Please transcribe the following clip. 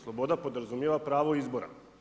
Sloboda podrazumijeva pravo izbora.